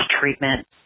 treatment